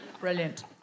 Brilliant